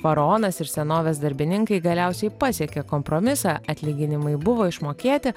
faraonas ir senovės darbininkai galiausiai pasiekė kompromisą atlyginimai buvo išmokėti